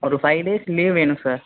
ஒரு five days leave வேணும் sir